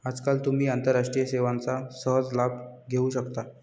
आजकाल तुम्ही आंतरराष्ट्रीय सेवांचा सहज लाभ घेऊ शकता